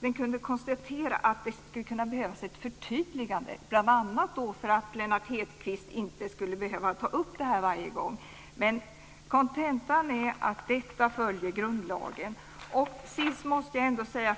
den konstaterade att det skulle kunna behövas ett förtydligande - bl.a. för att Lennart Hedquist inte skulle behöva ta upp frågan varje gång. Kontentan är i alla fall att detta följer grundlagen.